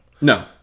No